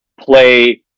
play